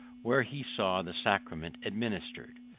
where he saw the sacrament administered.